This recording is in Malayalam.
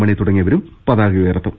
മണി തുടങ്ങിയവരും പതാക ഉയർത്തും